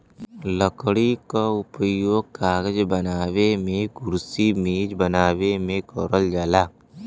लकड़ी क उपयोग कागज बनावे मेंकुरसी मेज बनावे में करल जाला